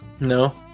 No